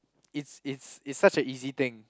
it's it's it's such a easy thing